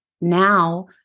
now